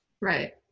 right